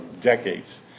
decades